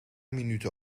minuten